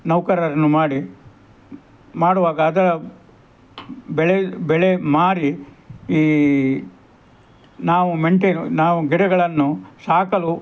ನೌಕರರನ್ನು ಮಾಡಿ ಮಾಡುವಾಗ ಅದರ ಬೆಳೆ ಬೆಳೆ ಮಾರಿ ಈ ನಾವು ಮೆಂಟೆ ನಾವು ಗಿಡಗಳನ್ನು ಸಾಕಲು